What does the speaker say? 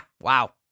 Wow